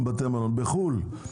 בחו"ל.